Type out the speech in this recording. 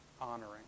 honoring